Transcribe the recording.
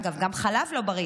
אגב, גם חלב לא בריא.